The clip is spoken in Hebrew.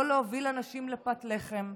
לא להוביל אנשים לפת לחם,